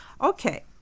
Okay